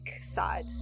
side